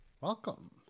welcome